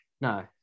no